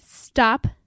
stop